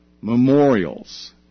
Memorials